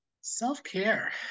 Self-care